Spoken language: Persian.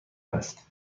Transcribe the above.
است